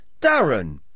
Darren